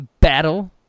Battle